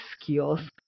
skills